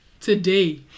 Today